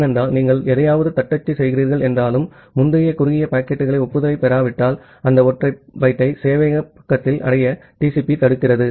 ஏனென்றால் நீங்கள் எதையாவது தட்டச்சு செய்கிறீர்கள் என்றாலும் முந்தைய குறுகிய பாக்கெட்டுக்கான ஒப்புதலைப் பெறாவிட்டால் அந்த ஒற்றை பைட்டை சேவையக பக்கத்தில் அடைய TCP தடுக்கிறது